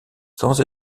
sans